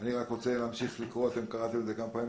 אני רוצה להבין, למה אנחנו